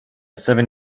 seven